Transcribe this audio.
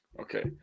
Okay